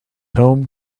home